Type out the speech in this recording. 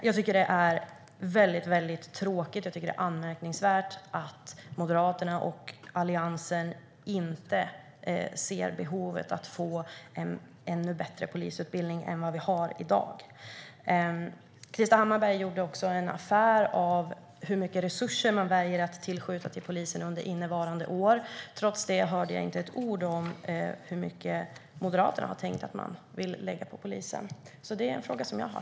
Jag tycker att det är tråkigt och anmärkningsvärt att Moderaterna och Alliansen inte ser behovet av att få en ännu bättre polisutbildning än vad vi har i dag. Krister Hammarbergh gjorde en affär av hur mycket resurser man väljer att tillskjuta till polisen under innevarande år. Trots det hörde jag inte ett ord om hur mycket Moderaterna har tänkt lägga på polisen. Det är en fråga jag har.